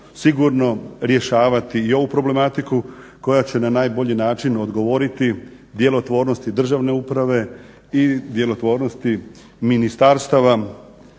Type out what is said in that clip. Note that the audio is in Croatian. sigurno rješavati i ovu problematiku koja će na najbolji način odgovoriti djelotvornosti državne uprave i djelotvornosti ministarstava